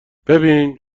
ببین